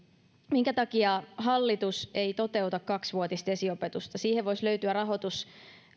minkä takia hallitus ei toteuta kaksivuotista esiopetusta siihen voisi löytyä rahoitus